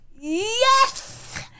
Yes